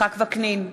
יצחק וקנין,